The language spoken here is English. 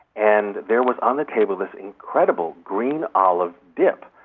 and there was on the table this incredible green olive dip.